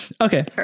Okay